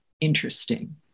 interesting